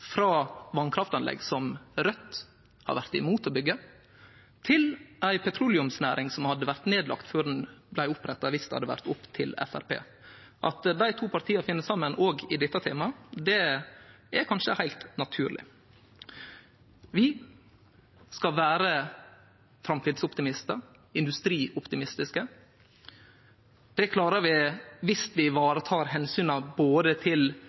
frå vasskraftanlegg, som Raudt har vore imot å byggje, til ei petroleumsnæring som hadde vore nedlagd før ho blei oppretta viss det hadde vore opp til Framstegspartiet. At dei to partia finn saman òg i dette temaet, er kanskje er heilt naturleg. Vi skal vere framtidsoptimistar og industrioptimistiske. Det er klarer vi viss vi varetar omsynet til